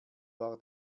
war